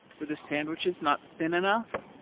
were the sandwiches not thin enough?